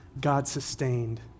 God-sustained